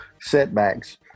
setbacks